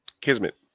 Kismet